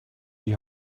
die